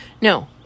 no